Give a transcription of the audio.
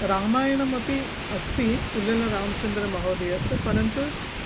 रामायणम् अपि अस्ति पुल्लेलरामचन्द्रमहोदयस्य परन्तु